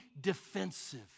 defensive